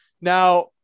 Now